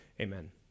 Amen